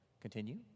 Continue